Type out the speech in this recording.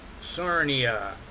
Sarnia